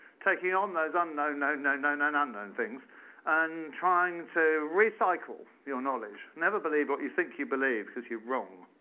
taking on those unknown known known known and unknown things and trying to recycle your knowledge, never believe what you think you believe, because you're wrong.